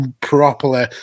properly